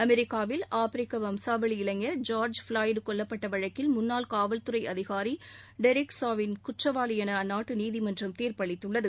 அமெரிக்காவில் ஆப்பிரிக்க வம்சாவளி இளைஞர் ஜார்ஜ் ஃப்ளாய்டு கொல்லப்பட்ட வழக்கில் முன்னாள் காவல்துறை அதிகாரி டெரிக் சா வின் குற்றவாளி என அந்நாட்டு நீதிமன்றம் தீர்ப்பளித்துள்ளது